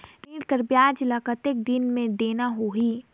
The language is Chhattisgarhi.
ऋण कर ब्याज ला कतेक दिन मे देना होही?